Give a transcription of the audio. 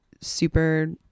super